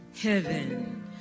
Heaven